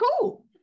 cool